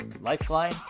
lifeline